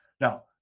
Now